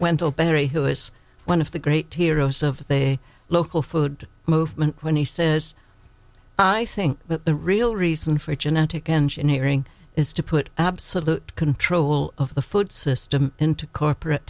when barry who is one of the great heroes of the local food movement when he says i think that the real reason for genetic engineering is to put absolute control of the food system into corporate